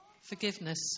Forgiveness